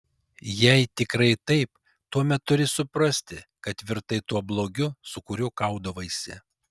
jei tikrai taip tuomet turi suprasti kad virtai tuo blogiu su kuriuo kaudavaisi